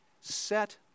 set